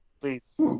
Please